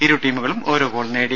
ഇരു ടീമുകളും ഓരോ ഗോൾ നേടി